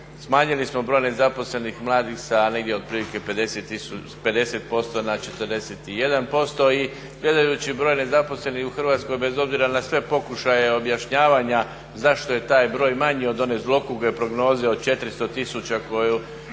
Smanjili smo broj nezaposlenih mladih sa negdje otprilike s 50% na 41% i gledajući broj nezaposlenih u Hrvatskoj bez obzira na sve pokušaje objašnjavanja zašto je taj broj manji od one zloguke prognoze od 400 000 koja